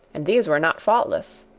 and these were not faultless.